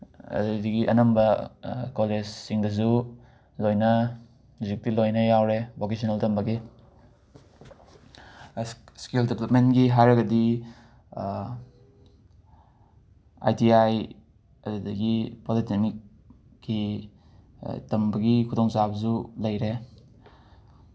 ꯑꯗꯨꯗꯒꯤ ꯑꯅꯝꯕ ꯀꯣꯂꯦꯖꯁꯤꯡꯗꯁꯨ ꯂꯣꯏꯅ ꯍꯧꯖꯤꯛꯇꯤ ꯂꯣꯏꯅ ꯌꯥꯎꯔꯦ ꯚꯣꯀꯦꯁꯅꯦꯜ ꯇꯝꯕꯒꯤ ꯏꯁꯀꯤꯜ ꯗꯤꯕ꯭ꯂꯞꯃꯦꯟꯒꯤ ꯍꯥꯏꯔꯒꯗꯤ ꯑꯥꯏ ꯇꯤ ꯑꯥꯏ ꯑꯗꯨꯗꯒꯤ ꯄꯣꯂꯤꯇꯦꯛꯅꯤꯛꯀꯤ ꯇꯝꯕꯒꯤ ꯈꯨꯗꯣꯡꯆꯥꯕꯁꯨ ꯂꯩꯔꯦ